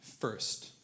first